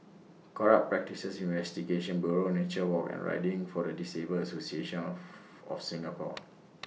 Corrupt Practices Investigation Bureau Nature Walk and Riding For The Disabled Association of of Singapore